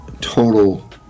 total